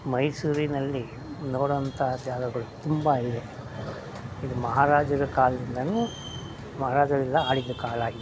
ಮೈಸೂರಿನಲ್ಲಿ ನೋಡುವಂಥ ಜಾಗಗಳು ತುಂಬ ಇದೆ ಇದು ಮಹಾರಾಜರ ಕಾಲ್ದಿಂದಲೂ ಮಹಾರಾಜರಿಂದ ಆಳಿದ ಕಾಲ ಆಗಿ